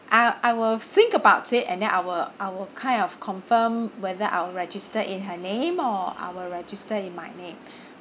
ah I will think about it and then I will I will kind of confirm whether I will register in her name or I will register in my name